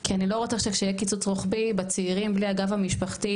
כי אני לא רוצה שכשיהיה קיצוץ רוחבי בצעירים בלי הגב המשפחתי,